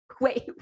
Wait